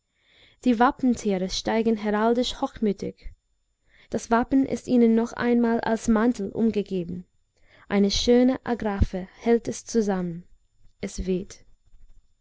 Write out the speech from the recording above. die wappentiere steigen heraldisch hochmütig das wappen ist ihnen noch einmal als mantel umgegeben eine schöne agraffe hält es zusammen es weht